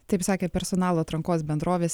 taip sakė personalo atrankos bendrovės